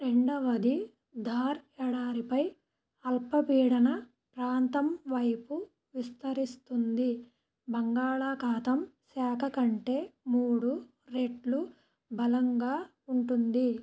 రెండవది థార్ ఎడారిపై అల్పపీడన ప్రాంతం వైపు విస్తరిస్తుంది బంగాళాఖాతం శాఖ కంటే మూడు రెట్లు బలంగా ఉంటుంది